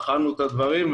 ובחנו את הדברים.